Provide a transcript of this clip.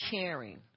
caring